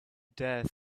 dare